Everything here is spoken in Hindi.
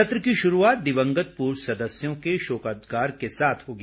सत्र की शुरूआत दिवंगत पूर्व सदस्यों के शोकोदगार के साथ होगी